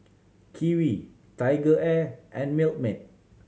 Kiwi TigerAir and Milkmaid